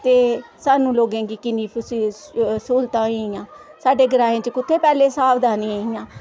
ते सानू लोगे गी किनी सहूलता होई गेइयां साढ़े ग्रांऽ च कुत्थे पहले पैशावदानीयां हिआं